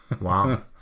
Wow